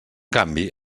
canvi